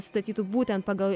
statytų būtent pagal